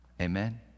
amen